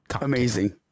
Amazing